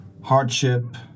hardship